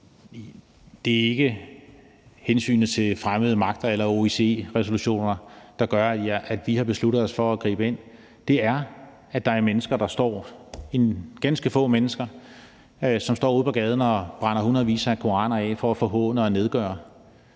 at det ikke er hensynet til fremmede magter eller OIC-resolutioner, der gør, at vi har besluttet os for at gribe ind. Det er, at der er mennesker, ganske få mennesker, som står ude på gaden og brænder hundredvis af koraner af for at forhåne og nedgøre